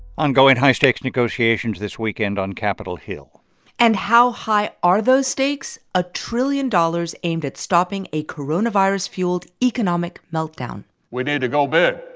ongoing high stakes negotiations this weekend on capitol hill and how high are those stakes? a trillion dollars aimed at stopping a coronavirus-fueled economic meltdown we need to go big.